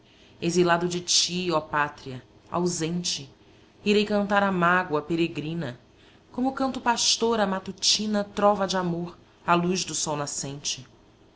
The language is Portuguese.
exilado de ti oh pátria ausente irei cantar a mágoa peregrina como canta o pastor a matutina trova damor à luz do sol nascente